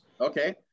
Okay